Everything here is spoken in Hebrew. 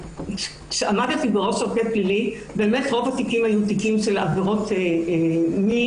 שעמדתי בראש הרכב פלילי שרוב התיקים היו של עבירות מין,